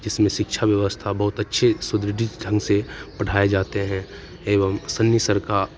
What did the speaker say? जिसमें शिक्षा व्यवस्था बहुत अच्छे सुदृढता ढंग से पढ़ाए जाते हैं एवं सन्नी सर का